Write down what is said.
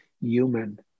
human